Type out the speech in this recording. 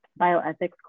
bioethics